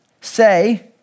say